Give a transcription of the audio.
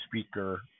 speaker